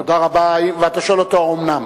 תודה רבה, ואתה שואל אותו: האומנם?